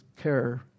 care